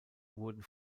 wurden